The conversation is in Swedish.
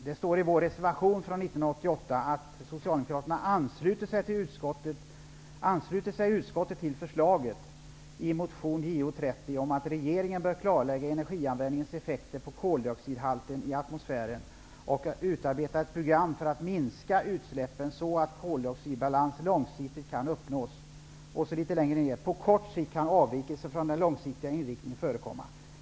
Det står i vår reservation från 1988 att socialdemokraterna i utskottet anslöt sig till förslaget i motion JoU30 om att regeringen skall klarlägga energianvändningens effekter på koldioxidhalten i atmosfären och utarbeta ett program för att minska utsläppen så att koldioxidbalans långsiktigt kan uppnås. Vidare står där att avvikelser från den långsiktiga inriktningen på kort sikt kan förekomma.